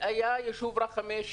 היה היישוב רחמה,